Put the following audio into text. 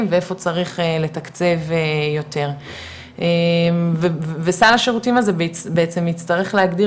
ואיפה צריך לתקצב יותר וסל השירותים הזה בעצם יצטרך להגדיר